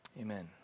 Amen